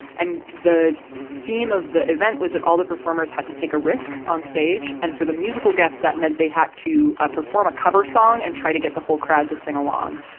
and the theme of the event was that all the performers had to take a risk on stage. and for the musical guests, that meant they had to, a, perform a cover song, and try to get the whole crowd to sing along.